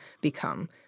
become